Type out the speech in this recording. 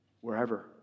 Wherever